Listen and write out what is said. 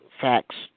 facts